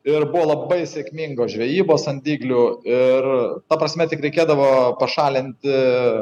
ir buvo labai sėkmingos žvejybos ant dyglių ir ta prasme tik reikėdavo pašalinti